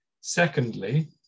Secondly